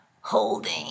holding